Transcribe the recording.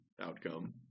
outcome